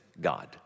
God